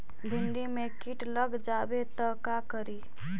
भिन्डी मे किट लग जाबे त का करि?